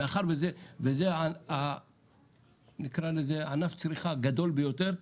מאחר שזה ענף צריכה גדול ביותר,